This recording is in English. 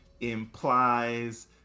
implies